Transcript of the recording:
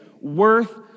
worth